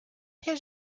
his